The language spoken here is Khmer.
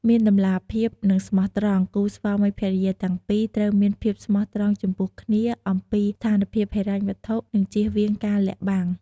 មានតម្លាភាព និងស្មោះត្រង់ គូស្វាមីភរិយាទាំងពីរត្រូវមានភាពស្មោះត្រង់ចំពោះគ្នាអំពីស្ថានភាពហិរញ្ញវត្ថុ និងជៀសវាងការលាក់បាំង។